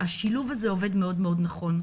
השילוב הזה עובד מאוד-מאוד נכון.